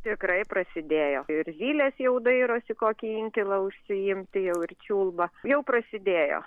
tikrai prasidėjo ir zylės jau dairosi kokį inkilą užsiimti jau ir čiulba jau prasidėjo